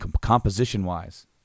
composition-wise